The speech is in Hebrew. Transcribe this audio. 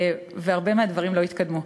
והרבה מהדברים לא התקדמו.